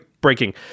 Breaking